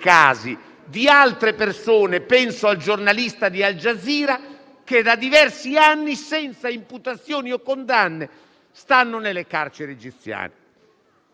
casi di altre persone - penso al giornalista di «Al Jazeera» -che, da diversi anni, senza imputazioni o condanne stanno nelle carceri egiziane.